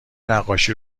نقاشی